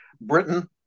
Britain